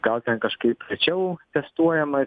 gal ten kažkaip rečiau testuojama